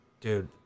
Dude